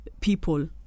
people